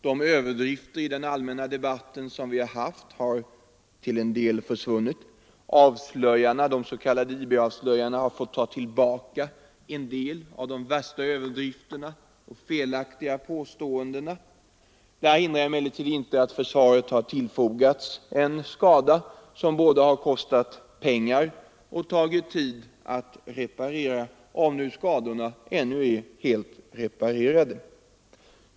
De överdrifter som förekommit i den allmänna debatten har till en del försvunnit. De s.k. IB-avslöjarna har fått ta tillbaka en del av de värsta överdrifterna och felaktiga påståendena. Detta hindrar emellertid inte att försvaret har tillfogats skador som både har kostat pengar och tagit tid att reparera — om nu skadorna är helt reparerade.